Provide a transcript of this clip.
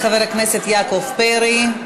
תודה לחבר הכנסת יעקב פרי.